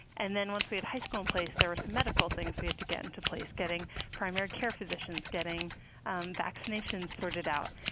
and then once we had high school in place, there were some medical things we had to get into place getting primary care physicians, getting um vaccinations sorted out.